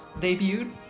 debuted